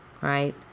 right